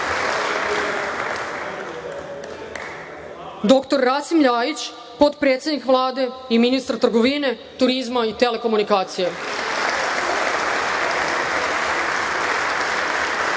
dr Rasim LJajić, potpredsednik Vlade i ministar trgovine, turizma i telekomunikacija,